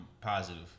positive